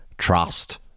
trust